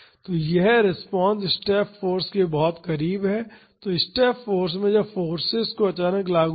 तो यह response step force के बहुत करीब है तो स्टेप फाॅर्स में जब फोर्सेज को अचानक लागू किया